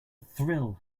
thrill